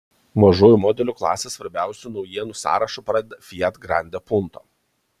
mažųjų modelių klasės svarbiausių naujienų sąrašą pradeda fiat grande punto